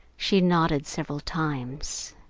she nodded several times.